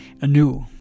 anew